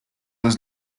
was